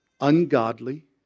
ungodly